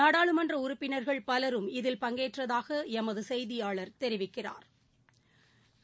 நாடாளுமன்றஉறுப்பினா்கள் பலரும் இதில் பங்கேற்றதாகளமதுசெய்தியாளா் தெரிவிக்கிறாா்